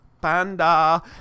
Panda